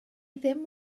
ddim